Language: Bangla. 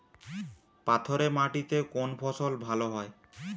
পাথরে মাটিতে কোন ফসল ভালো হয়?